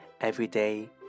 Everyday